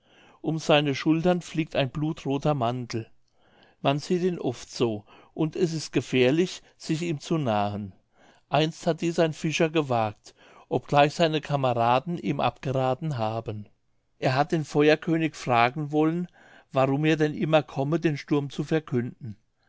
um seine schultern fliegt ein blutrother mantel man sieht ihn oft so und es ist gefährlich sich ihm zu nahen einst hat dies ein fischer gewagt obgleich seine kameraden ihm abgerathen haben er hat den feuerkönig fragen wollen warum er denn immer komme den sturm zu verkünden